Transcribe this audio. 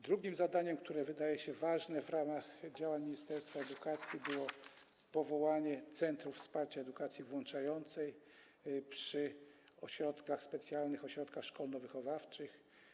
Drugim zadaniem, które wydaje się ważne, podjętym w ramach działań ministerstwa edukacji było powołanie centrów wsparcia edukacji włączającej przy specjalnych ośrodkach szkolno-wychowawczych.